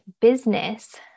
business